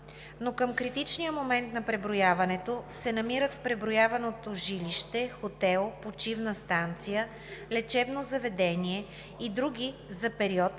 но към критичния момент на преброяването се намират в преброяваното жилище, хотел, почивна станция, лечебно заведение и други за период,